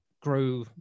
grow